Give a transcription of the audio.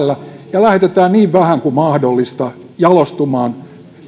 ja lähetämme niin vähän kuin mahdollista jalostumaan